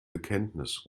bekenntnis